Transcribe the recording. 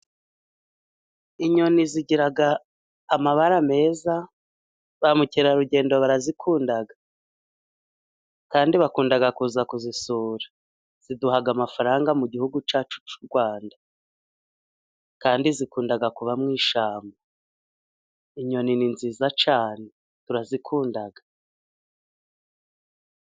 Inyoni zigira amabara meza, ba mukerarugendo barazikunda, kandi bakunda kuza kuzisura ,ziduha amafaranga mu gihugu cyacu cy'u Rwanda kandi zikunda kuba mu ishyamba. Inyoni ni nziza cyane turazikunda.